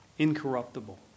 incorruptible